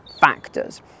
factors